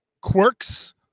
quirks